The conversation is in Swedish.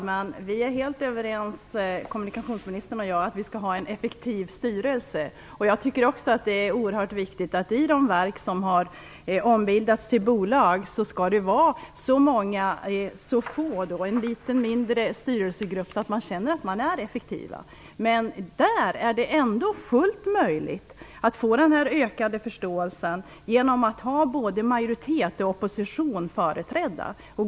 Fru talman! Kommunikationsministern och jag är helt överens om att vi skall ha en effektiv styrelse. Också jag tycker att det är oerhört viktigt att i de verk som har ombildats till bolag skall vara en litet mindre styrelsegrupp så att man känner att man är effektiv. Det är ändå fullt möjligt att få en ökad förståelse genom att ha både majoritet och opposition företrädda.